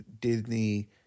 Disney